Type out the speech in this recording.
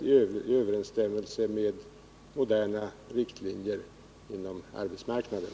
i överensstämmelse med moderna riktlinjer inom arbetsmarknaden.